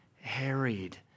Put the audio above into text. harried